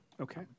Okay